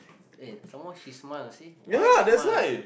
eh some more she smile see wide smile